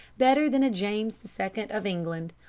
better than a james the second of england,